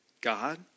God